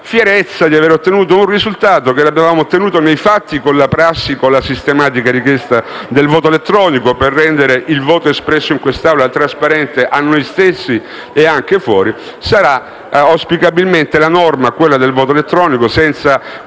fierezza di avere ottenuto un risultato che avevamo ottenuto nei fatti con la prassi della sistematica richiesta del voto elettronico, per rendere il voto espresso in quest'Aula trasparente a noi stessi e anche fuori. Quella del voto elettronico sarà